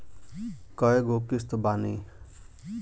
कय गो किस्त बानी?